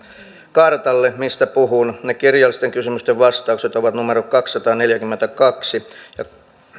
kartalle mistä puhuin ne kirjallisten kysymysten vastaukset ovat numerot kaksisataaneljäkymmentäkaksi ja